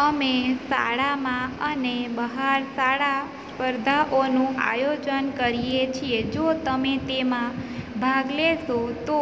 અમે શાળામાં અને બહાર શાળા સ્પર્ધાઓનું આયોજન કરીએ છીએ જો તે તેમાં ભાગ લેશે તો